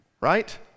right